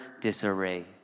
disarray